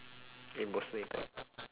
emotional impact